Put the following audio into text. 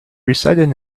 recited